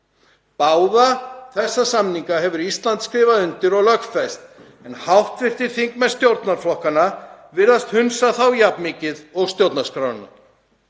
Báða þessa samninga hefur Ísland skrifað undir og lögfest en hv. þingmenn stjórnarflokkanna virðast hunsa þá jafn mikið og stjórnarskrána.